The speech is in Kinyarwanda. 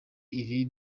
iri